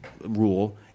rule